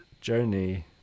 Journey